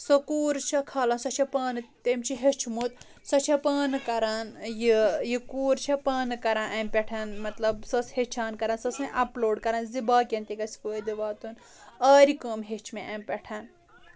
سۄ کوٗر چھےٚ کھالان تٔمۍ چھُ پانہٕ ہٮ۪چھمُت سۄ چھےٚ پانہٕ کران یہِ یہِ کوٗر چھےٚ پانہٕ کران اَمہِ پٮ۪ٹھ مطلب سۄ ٲسۍ ہیٚچھان کران سۄ ٲسۍ مےٚ اَپلوڈ کران زِ باقین تہِ گژھِ فٲیدٕ واتُن آرِ کٲم ہیٚچھ مےٚ اَمہِ پٮ۪ٹھ